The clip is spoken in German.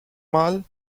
mal